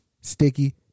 Sticky